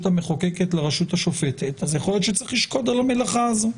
המחוקקת לרשות השופטת אז יכול להיות שצריך לשקוד על המלאכה הזו.